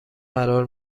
قرار